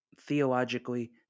theologically